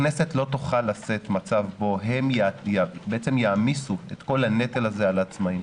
הכנסת לא תוכל לשאת מצב בו בעצם הם יעמיסו את כל הנטל הזה על העצמאים.